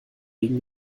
gegen